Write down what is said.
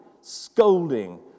scolding